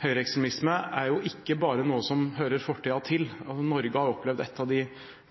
høyreekstremisme er ikke bare noe som hører fortiden til. Norge har opplevd et av de